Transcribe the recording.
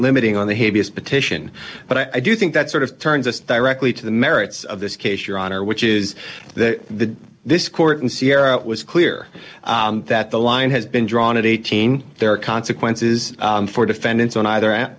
limiting on the heaviest petition but i do think that sort of turns us directly to the merits of this case your honor which is the this court in sierra it was clear that the line has been drawn at eighteen there are consequences for defendants on either at